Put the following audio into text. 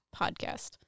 podcast